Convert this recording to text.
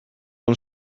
uns